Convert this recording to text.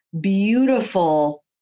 beautiful